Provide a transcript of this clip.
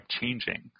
changing